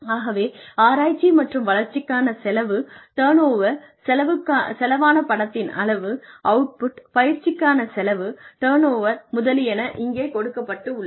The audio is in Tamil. ஆகவே ஆராய்ச்சி மற்றும் வளர்ச்சிக்கான செலவு டர்ன்ஓவர் செலவான பணத்தின் அளவு அவுட்புட் பயிற்சிக்கான செலவு டர்ன்ஓவர் முதலியன இங்கே கொடுக்கப்பட்டுள்ளது